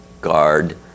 guard